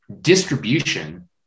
distribution